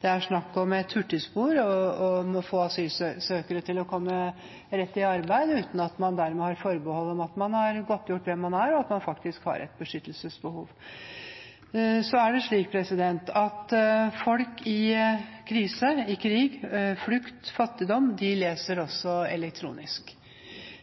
det er snakk om et hurtigspor og om å få asylsøkere til å komme rett i arbeid uten at man dermed har forbehold om at man har godtgjort hvem man er, og at man faktisk har et beskyttelsesbehov. Så er det slik at folk i krise, i krig, på flukt og i fattigdom leser også elektronisk.